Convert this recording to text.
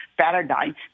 paradigm